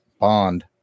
Bond